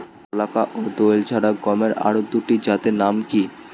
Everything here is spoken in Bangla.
বলাকা ও দোয়েল ছাড়া গমের আরো দুটি জাতের নাম কি?